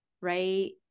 right